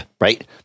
right